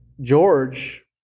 George